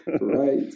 Right